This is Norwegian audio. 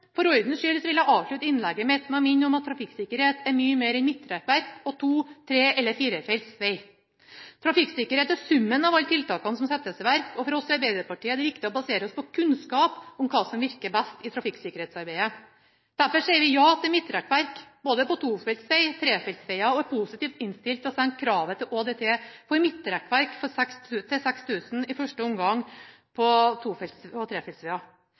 For ordens skyld vil jeg avslutte innlegget mitt med å minne om at trafikksikkerhet er mye mer enn midtrekkverk, to-, tre- eller firefeltsveg. Trafikksikkerhet er summen av alle tiltakene som settes i verk, og for oss i Arbeiderpartiet er det viktig å basere seg på kunnskap om hva som virker best i trafikksikkerhetsarbeidet. Derfor sier vi ja til midtrekkverk på både tofeltsveger og trefeltsveger og er positivt innstilt til å senke kravet til ÅDT for midtrekkverk til 6 000 i første omgang på